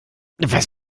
was